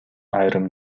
айрым